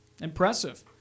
impressive